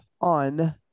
on